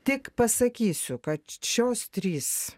tik pasakysiu kad šios trys